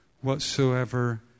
Whatsoever